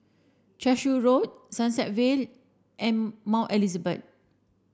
Cashew Road Sunset Vale and Mount Elizabeth